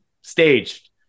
staged